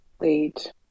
Wait